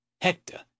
Hector